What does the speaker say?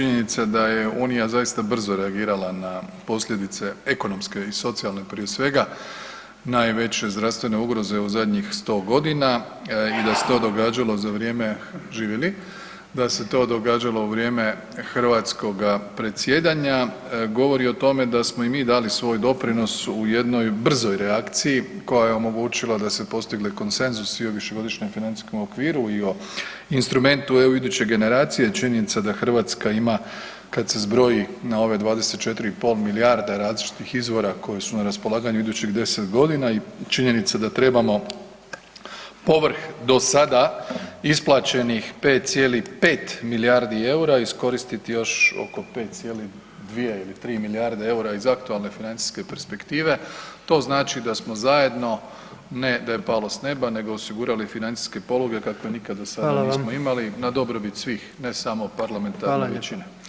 Činjenica da je unija zaista brzo reagirala na posljedice ekonomske i socijalne prije svega, najveće zdravstvene ugroze u zadnjih 100.g. i da se to događalo za vrijeme, živjeli, da se to događalo u vrijeme hrvatskoga predsjedanja, govori o tome da smo i mi dali svoj doprinos u jednoj brzoj reakciji koja je omogućila da su se postigli konsenzusi o višegodišnjem financijskom okviru i o instrumentu „EU iduće generacije“, činjenica da Hrvatska ima kad se zbroji na ove 24,5 milijarde različitih izvora koje su na raspolaganju idućih 10.g. i činjenica da trebamo povrh do sada isplaćenih 5,5 milijardi EUR-a iskoristiti još oko 5,2 ili 3 milijarde EUR-a iz aktualne financijske perspektive, to znači da smo zajedno, ne da je palo s neba, nego osigurali financijske pologe kakve nikakve do sada nismo imali na dobrobit svih ne samo parlamentarne većine.